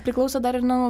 priklauso dar ir nuo